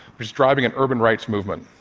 was driving an urban rights movement.